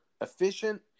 efficient